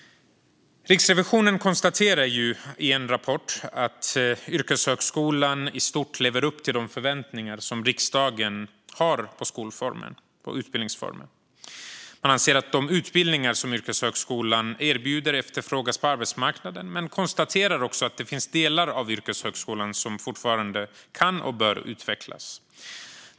Riksrevisionen konstaterar i en rapport att yrkeshögskolan i stort lever upp till de förväntningar som riksdagen har på utbildningsformen. Man anser att de utbildningar som yrkeshögskolan erbjuder efterfrågas på arbetsmarknaden men konstaterar också att det finns delar av yrkeshögskolan som fortfarande kan och bör utvecklas.